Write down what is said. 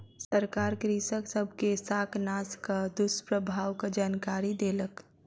सरकार कृषक सब के शाकनाशक दुष्प्रभावक जानकरी देलक